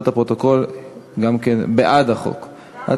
בעד, 7,